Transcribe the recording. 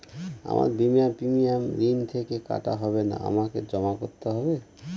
আমার বিমার প্রিমিয়াম ঋণ থেকে কাটা হবে না আমাকে জমা করতে হবে?